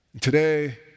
Today